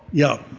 yeah,